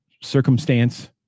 circumstance